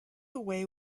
away